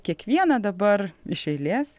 kiekvieną dabar iš eilės